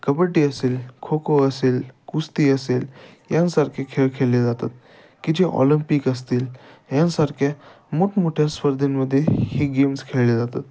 कबड्डी असेल खो खो असेल कुस्ती असेल यासारखे खेळ खेळले जातात कि जे ऑलंपिक असतील ह्यासारख्या मोठमोठ्या स्पर्धेंमध्ये हे गेम्स खेळले जातात